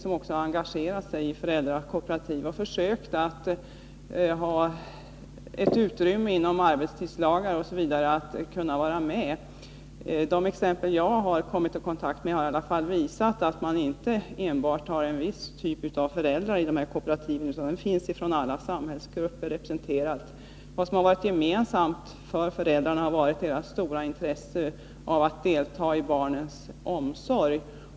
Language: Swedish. De har också engagerat sig i föräldrakooperativ och försökt att finna utrymme inom arbetstidslagar osv., så att de kan vara med. De fall som jag har kommit i kontakt med har visat att det inte bara finns en viss typ av föräldrar i dessa kooperativ, utan där finns alla samhällsgrupper representerade. Gemensamt för föräldrarna har varit deras stora intresse av att delta i barnomsorgen.